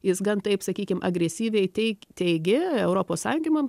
jis gan taip sakykim agresyviai teik teigė europos sąjungininkam